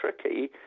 tricky